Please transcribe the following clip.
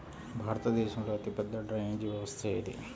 భారతదేశంలో అతిపెద్ద డ్రైనేజీ వ్యవస్థ ఏది?